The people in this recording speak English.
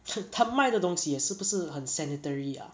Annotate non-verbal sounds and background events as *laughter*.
*laughs* 他卖的东西也是不是很 sanitary ah